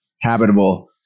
habitable